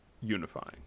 unifying